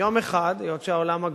יום אחד, היות שהעולם עגול,